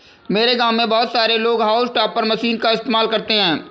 मेरे गांव में बहुत सारे लोग हाउस टॉपर मशीन का इस्तेमाल करते हैं